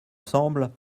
semble